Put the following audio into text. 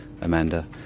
Amanda